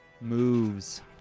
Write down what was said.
moves